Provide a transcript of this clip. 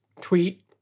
tweet